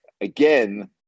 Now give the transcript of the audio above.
Again